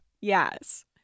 Yes